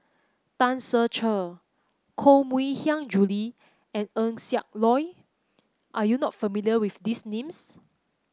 Tan Ser Cher Koh Mui Hiang Julie and Eng Siak Loy are you not familiar with these names